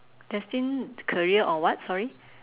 destined career or what sorry